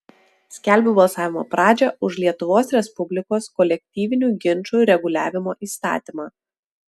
skelbiu balsavimo pradžią už lietuvos respublikos kolektyvinių ginčų reguliavimo įstatymą